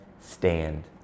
stand